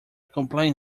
complain